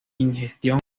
ingestión